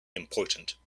important